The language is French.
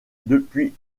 depuis